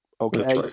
Okay